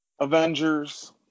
Avengers